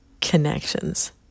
connections